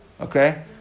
Okay